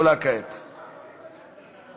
אני לא אנצל את עשר הדקות.